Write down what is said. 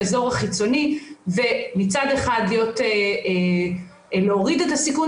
באזור החיצוני ומצד אחד להוריד את הסיכון